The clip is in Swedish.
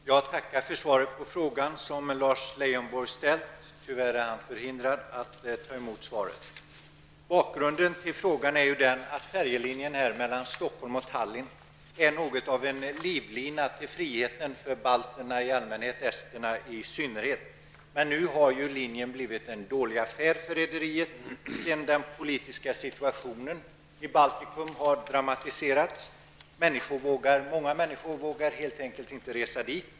Herr talman! Jag tackar för svaret på frågan som Lars Leijonborg har ställt. Tyvärr är han själv förhindrad att ta emot svaret. Stockholm och Tallinn är något av en livlina till friheten för balterna i allmänhet och esterna i synnerhet. Nu har linjen blivit en dålig affär för rederiet sedan den politiska situationen i Baltikum har dramatiserats. Många människor vågar helt enkelt inte resa dit.